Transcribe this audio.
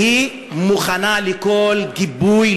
מוכנים לכל גיבוי,